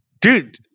Dude